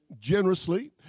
generously